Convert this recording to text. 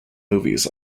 movies